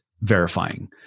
verifying